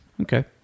Okay